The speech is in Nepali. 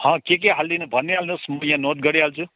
हँ के के हालिदिने भनिहाल्नु होस् म यहाँ नोट गरिहाल्छु